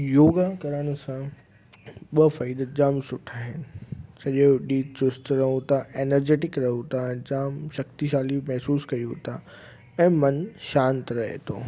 योगा करण सां ॿ फ़ाइदे जामु सुठा आहिनि सॼो ॾींहुं चुस्तु रहूं था एनर्जैटिक रहूं था जामु शक्तिशाली महिसूसु कयूं था ऐं मनु शांत रहे थो